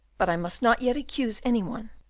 but i must not yet accuse any one.